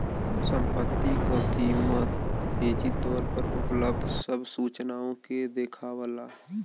संपत्ति क कीमत निजी तौर पर उपलब्ध सब सूचनाओं के देखावला